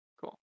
Cool